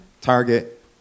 Target